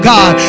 God